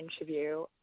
interview